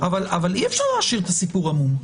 אבל אי אפשר להשאיר את הסיפור עמום.